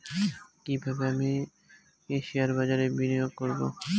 কিভাবে আমি শেয়ারবাজারে বিনিয়োগ করবে?